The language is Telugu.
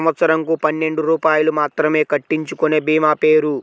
సంవత్సరంకు పన్నెండు రూపాయలు మాత్రమే కట్టించుకొనే భీమా పేరు?